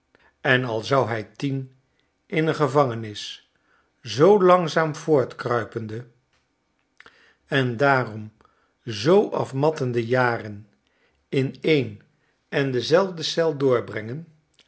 en alzou hij tien in een gevangenis zoo langzaam voortkruipende en daarom zoo afmattende jaren in een en dezelfde eel doorbrengen